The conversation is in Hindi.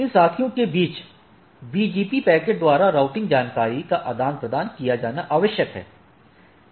इन साथियों के बीच BGP पैकेट द्वारा राउटिंग जानकारी का आदान प्रदान किया जाना आवश्यक है